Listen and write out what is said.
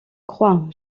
crois